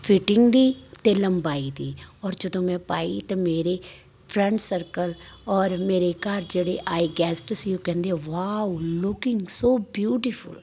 fitting ਦੀ ਅਤੇ ਲੰਬਾਈ ਦੀ ਔਰ ਜਦੋਂ ਮੈਂ ਪਾਈ ਤਾਂ ਮੇਰੇ ਫਰੈਂਡ ਸਰਕਲ ਔਰ ਮੇਰੇ ਘਰ ਜਿਹੜੇ ਆਏ ਗੈਸਟ ਸੀ ਉਹ ਕਹਿੰਦੇ ਵਾਓ ਲੁਕਿੰਗ ਸੋ ਬਿਊਟੀਫੁਲ